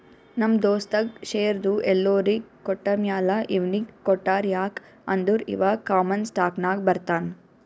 ನಮ್ ದೋಸ್ತಗ್ ಶೇರ್ದು ಎಲ್ಲೊರಿಗ್ ಕೊಟ್ಟಮ್ಯಾಲ ಇವ್ನಿಗ್ ಕೊಟ್ಟಾರ್ ಯಾಕ್ ಅಂದುರ್ ಇವಾ ಕಾಮನ್ ಸ್ಟಾಕ್ನಾಗ್ ಬರ್ತಾನ್